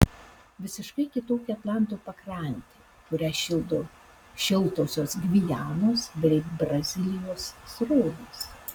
visiškai kitokia atlanto pakrantė kurią šildo šiltosios gvianos bei brazilijos srovės